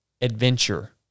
adventure